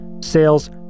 sales